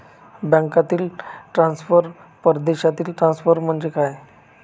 बँकांतील ट्रान्सफर, परदेशातील ट्रान्सफर म्हणजे काय?